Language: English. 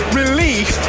relief